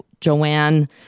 Joanne